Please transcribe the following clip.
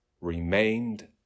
remained